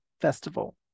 Festival